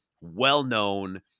well-known